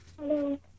Hello